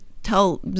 Tell